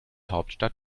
hauptstadt